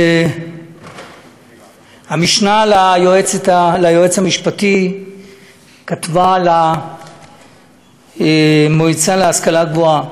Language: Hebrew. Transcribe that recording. המשנה ליועץ המשפטי כתבה למועצה להשכלה גבוהה,